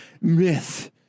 Myth